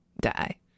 die